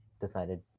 decided